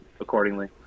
accordingly